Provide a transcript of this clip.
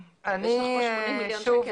יש לך פה 80 מיליון שקל.